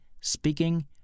speaking